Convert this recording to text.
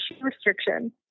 restriction